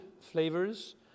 flavors